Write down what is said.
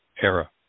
era